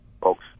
folks